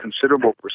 considerable